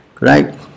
Right